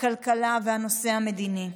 הכלכלה והנושא המדיני.